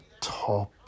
top